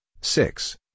six